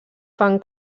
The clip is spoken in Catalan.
fan